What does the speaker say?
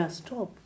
stop